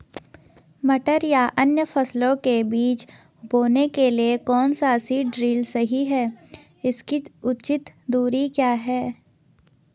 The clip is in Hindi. मटर या अन्य फसलों के बीज बोने के लिए कौन सा सीड ड्रील सही है इसकी उचित दूरी क्या है?